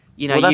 you know, like